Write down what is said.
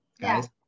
guys